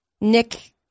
Nick